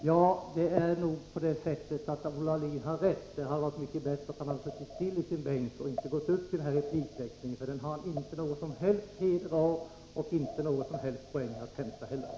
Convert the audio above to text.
Herr talman! Olle Aulin har nog rätt. Det hade varit mycket bättre om han hade suttit stilla i sin bänk och inte gått upp i den här replikväxlingen, för den har han inte någon som helst heder av, och han har inte någon som helst poäng att hämta i den heller.